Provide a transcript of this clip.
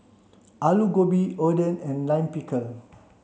Alu Gobi Oden and Lime Pickle